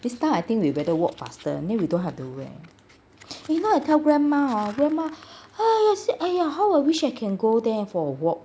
time I think we better walk faster then we don't have the wear if not you tell grandma hor grandma !haiya! how I wish I can go there for a walk